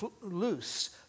loose